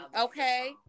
okay